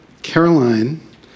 Caroline